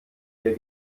ihr